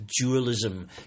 dualism